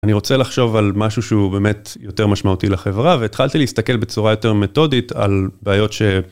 אני רוצה לחשוב על משהו שהוא באמת יותר משמעותי לחברה והתחלתי להסתכל בצורה יותר מתודית על בעיות ש...